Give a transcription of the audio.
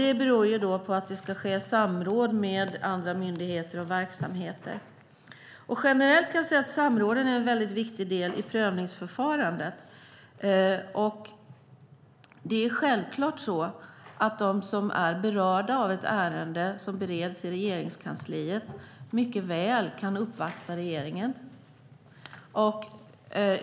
Det beror på att det ska ske samråd med andra myndigheter och verksamheter. Generellt kan jag säga att samråden är en viktig del i prövningsförfarandet. De som är berörda av ett ärende som bereds i Regeringskansliet kan mycket väl uppvakta regeringen.